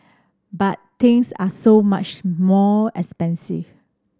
but things are so much more expensive